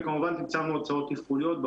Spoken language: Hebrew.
וכמובן צמצמנו הוצאות תפעוליות,